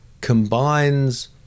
combines